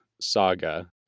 saga